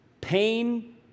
pain